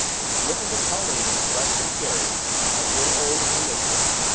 the slip of a colleen fresh from kerry had grown old with her mistress,